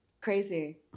Crazy